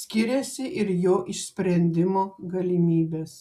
skiriasi ir jo išsprendimo galimybės